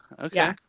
Okay